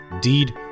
deed